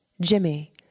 Jimmy